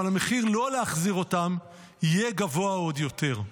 אבל המחיר לא להחזיר אותם יהיה גבוה עוד יותר.